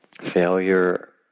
failure